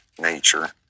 nature